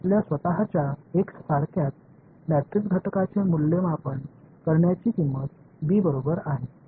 a x ஐ உருவாக்கும் matrix கூறுகளை மதிப்பீடு செய்வதற்கான உங்கள் செலவு b க்கு சமம் என்று வெளிவரப் போகிறது